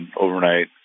overnight